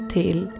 till